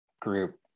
group